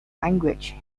language